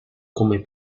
come